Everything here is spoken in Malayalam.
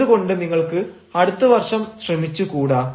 എന്തുകൊണ്ട് നിങ്ങൾക്ക് അടുത്തവർഷം ശ്രമിച്ചു കൂടാ